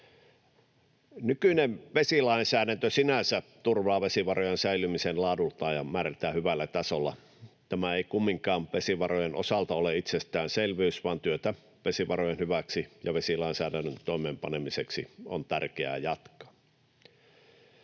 Nykyinen vesilainsäädäntö sinänsä turvaa vesivarojen säilymisen laadultaan ja määrältään hyvällä tasolla. Tämä ei kumminkaan vesivarojen osalta ole itsestäänselvyys, vaan työtä vesivarojen hyväksi ja vesilainsäädännön toimeenpanemiseksi on tärkeää jatkaa.